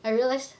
I realise